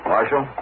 Marshal